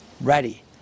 ready